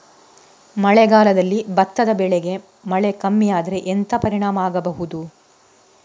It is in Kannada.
ಮಳೆಗಾಲದಲ್ಲಿ ಭತ್ತದ ಬೆಳೆಗೆ ಮಳೆ ಕಮ್ಮಿ ಆದ್ರೆ ಎಂತ ಪರಿಣಾಮ ಆಗಬಹುದು?